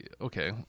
okay